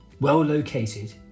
well-located